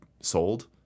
sold